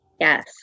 Yes